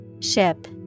Ship